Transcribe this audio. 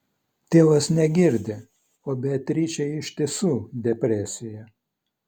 tėvas negirdi o beatričei iš tiesų depresija